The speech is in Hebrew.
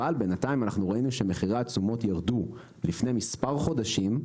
אבל בינתיים ראינו שמחירי התשומות ירדו לפני מספר חודשים,